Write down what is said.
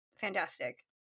fantastic